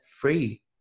free